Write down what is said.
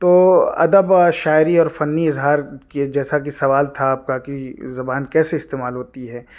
تو ادب شاعری اور فنی اظہار کہ جیسا کہ سوال تھا آپ کا کہ زبان کیسے استعمال ہوتی ہے